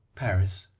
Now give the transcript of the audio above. paris,